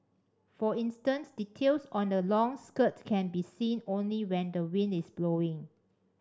for instance details on a long skirt can be seen only when the wind is blowing